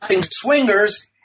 swingers